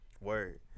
Word